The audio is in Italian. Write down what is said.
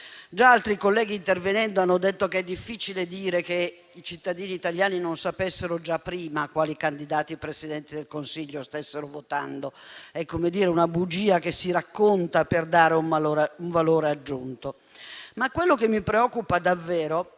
Già altri colleghi, intervenendo in questa sede, hanno ricordato quanto sia difficile dire che i cittadini italiani non sapessero già prima quali candidati Presidenti del Consiglio stessero votando: è una bugia che si racconta, per dare un valore aggiunto. Quello che mi preoccupa davvero